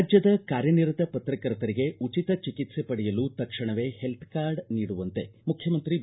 ರಾಜ್ಞದ ಕಾರ್ಯನಿರತ ಪತ್ರಕರ್ತರಿಗೆ ಉಚಿತ ಚಿಕಿತ್ಸೆ ಪಡೆಯಲು ತಕ್ಷಣವೇ ಹೆಲ್ತ್ ಕಾರ್ಡ್ ನೀಡುವಂತೆ ಮುಖ್ಯಮಂತ್ರಿ ಬಿ